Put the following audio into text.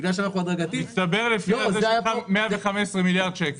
בגלל שאנחנו הדרגתית --- מצטבר לפי הזה שלך 115 מיליארד שקל.